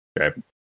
okay